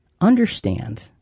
Understand